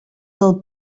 del